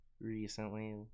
recently